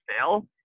fail